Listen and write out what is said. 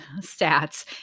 stats